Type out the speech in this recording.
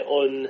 on